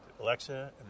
Alexa